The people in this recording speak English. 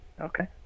Okay